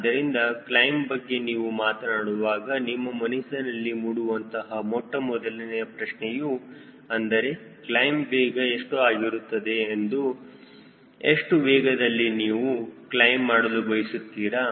ಆದ್ದರಿಂದ ಕ್ಲೈಮ್ ಬಗ್ಗೆ ನೀವು ಮಾತನಾಡುವಾಗ ನಿಮ್ಮ ಮನಸ್ಸಿನಲ್ಲಿ ಮೂಡುವಂತಹ ಮೊಟ್ಟಮೊದಲನೆಯ ಪ್ರಶ್ನೆಯೂ ಅಂದರೆ ಕ್ಲೈಮ್ ವೇಗ ಎಷ್ಟು ಆಗಿರುತ್ತದೆ ಎಷ್ಟು ವೇಗದಲ್ಲಿ ನೀವು ಕ್ಲೈಮ್ ಮಾಡಲು ಬಯಸುತ್ತೀರಾ